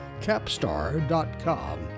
capstar.com